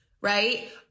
right